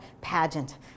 pageant